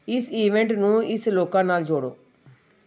ਇਸ ਇਵੈਂਟ ਨੂੰ ਇਸ ਲੋਕਾਂ ਨਾਲ ਜੋੜੋ